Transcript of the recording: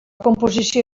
composició